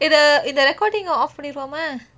இத இத இந்த:ithe ithe intha recording off பண்ணிருவோமா:panniruvomaa